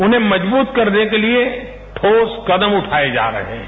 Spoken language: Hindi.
उन्हें मजबूत करने के लिए ठोस कदम उठाए जा रहे हैं